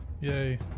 yay